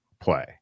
play